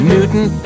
Newton